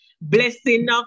blessing